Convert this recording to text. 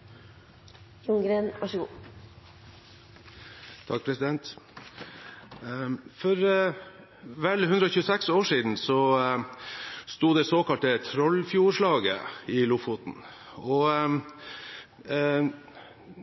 dette forslaget. Så er det veldig bra at man også legger opp til helårige arbeidsplasser og fokuserer på det. For vel 126 år siden sto det såkalte Trollfjordslaget i Lofoten.